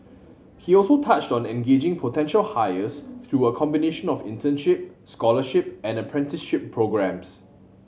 he also touched on engaging potential hires through a combination of internship scholarship and apprenticeship programmes